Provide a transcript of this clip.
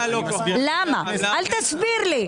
אל תסביר לי.